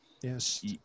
Yes